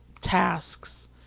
tasks